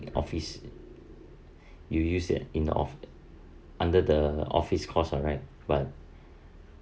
the office you use that in the of~ under the office cost ah right but